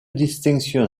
distinction